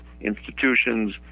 institutions